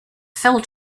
fell